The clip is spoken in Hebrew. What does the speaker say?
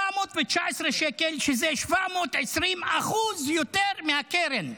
719 שקל, שזה 720% יותר מהקרן,